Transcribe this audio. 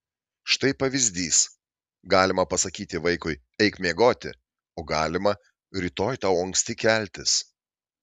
štai pavyzdys galima pasakyti vaikui eik miegoti o galima rytoj tau anksti keltis